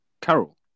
Carol